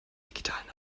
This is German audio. digitalen